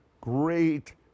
great